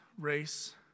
race